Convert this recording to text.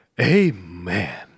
Amen